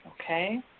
Okay